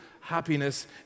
happiness